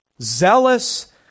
zealous